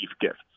gifts